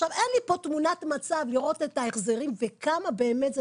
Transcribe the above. אין לי פה תמונת מצב לראות את ההחזרים וכמה באמת זה